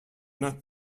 not